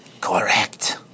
Correct